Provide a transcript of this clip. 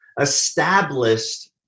established